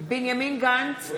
בנימין גנץ,